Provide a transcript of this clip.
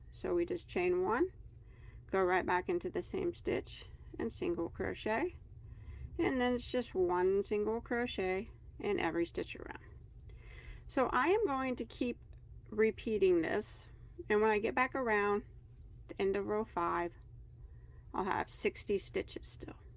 so we just chain one go right back into the same stitch and single crochet and then it's just one single crochet in every stitch around so i am going to keep repeating this and when i get back around end of row five i'll have sixty stitches still